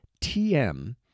TM